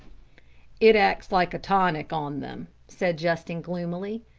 it acts like a tonic on them, said justin gloomily.